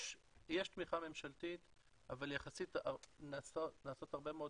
יש תמיכה ממשלתית אבל יחסית נעשות הרבה מאוד